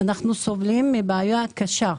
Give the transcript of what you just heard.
אנחנו סובלים מבעיה קשה.